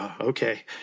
Okay